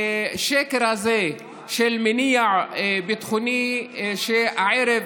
השקר הזה של מניע ביטחוני, הערב